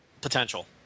potential